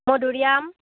মধুৰীআম